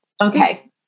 okay